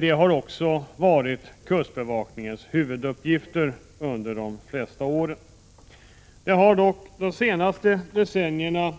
Det har varit kustbevakningens huvuduppgifter under de flesta åren. De senaste decennierna har dock